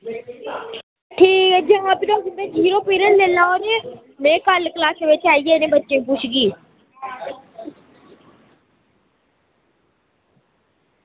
ठीक ऐ जां भी तुस पीरियड लेई लैओ में कल्ल आइयै सब कुछ लैगी